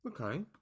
Okay